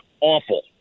awful